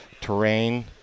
terrain